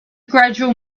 gradual